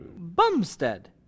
Bumstead